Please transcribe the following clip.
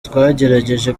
twagerageje